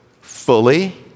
fully